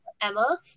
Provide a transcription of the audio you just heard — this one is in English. Emma